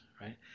right